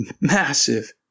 massive